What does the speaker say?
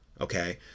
Okay